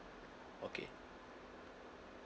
okay